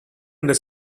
under